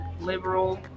liberal